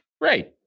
Right